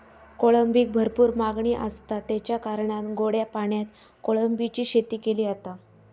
कोळंबीक भरपूर मागणी आसता, तेच्या कारणान गोड्या पाण्यात कोळंबीची शेती केली जाता